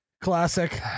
Classic